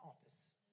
office